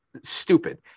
stupid